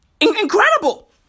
incredible